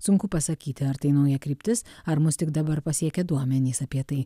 sunku pasakyti ar tai nauja kryptis ar mus tik dabar pasiekė duomenys apie tai